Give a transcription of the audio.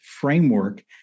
framework